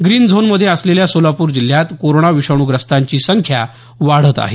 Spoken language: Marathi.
ग्रीन झोनमध्ये असलेल्या सोलापूर जिल्ह्यात कोरोना विषाणूग्रस्तांची संख्या वाढत आहे